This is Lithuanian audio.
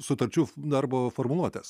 sutarčių darbo formuluotes